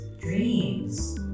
dreams